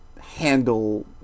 handle